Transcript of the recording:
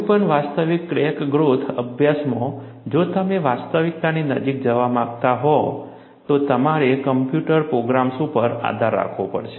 કોઈપણ વાસ્તવિક crack growth અભ્યાસમાં જો તમે વાસ્તવિકતાની નજીક જવા માંગતા હોય તો તમારે કમ્પ્યુટર પ્રોગ્રામ્સ ઉપર આધાર રાખવો પડશે